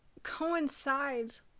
coincides